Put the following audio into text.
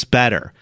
better